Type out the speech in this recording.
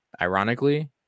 ironically